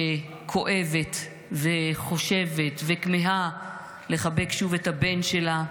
שכואבת וחושבת וכמהה לחבק שוב את הבן שלה,